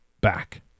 back